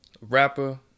rapper